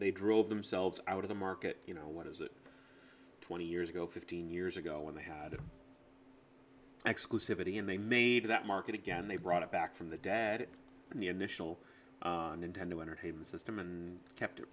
they drove themselves out of the market you know what is it twenty years ago fifteen years ago when they had exclusivity and they made that market again they brought it back from the dead in the initial nintendo entertainment system and kept